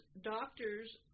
doctors